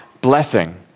blessing